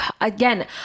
again